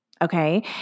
Okay